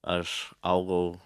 aš augau